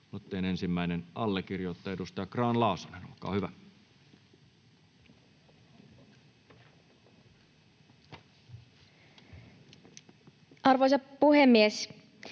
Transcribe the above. aloitteen ensimmäiselle allekirjoittajalle, edustaja Grahn-Laasoselle. Olkaa hyvä. Arvoisa puhemies!